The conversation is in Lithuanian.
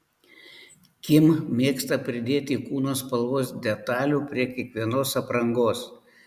kim mėgsta pridėti kūno spalvos detalių prie kiekvienos aprangos